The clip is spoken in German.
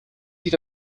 sich